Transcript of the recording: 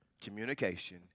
Communication